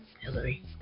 hillary